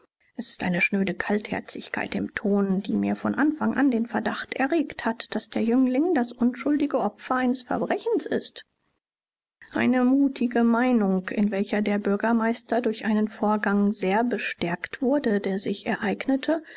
es ist eine schnöde kaltherzigkeit im ton die mir von anfang an den verdacht erregt hat daß der jüngling das unschuldige opfer eines verbrechens ist eine mutige meinung in welcher der bürgermeister durch einen vorgang sehr bestärkt wurde der sich ereignete